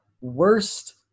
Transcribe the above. worst